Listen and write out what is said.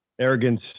arrogance